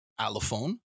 allophone